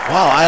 Wow